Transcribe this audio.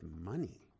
money